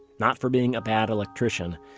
not for being a bad electrician,